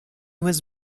was